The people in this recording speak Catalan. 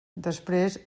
després